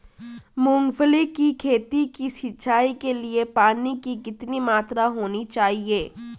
मूंगफली की खेती की सिंचाई के लिए पानी की कितनी मात्रा होनी चाहिए?